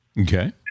Okay